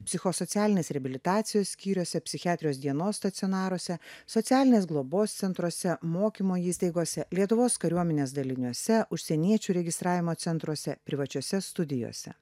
psichosocialinės reabilitacijos skyriuose psichiatrijos dienos stacionaruose socialinės globos centruose mokymo įstaigose lietuvos kariuomenės daliniuose užsieniečių registravimo centruose privačiose studijose